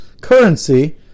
currency